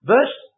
Verse